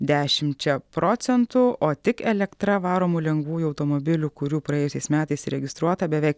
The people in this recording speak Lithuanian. dešimčia procentų o tik elektra varomų lengvųjų automobilių kurių praėjusiais metais įregistruota beveik